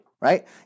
right